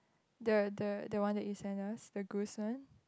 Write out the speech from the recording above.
the the the one that you sent us the goose one